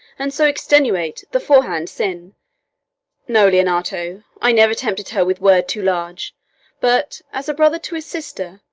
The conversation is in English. and so extenuate theforehand sin no, leonato, i never tempted her with word too large but, as a brother to his sister,